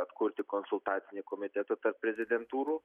atkurti konsultacinį komitetą tarp prezidentūrų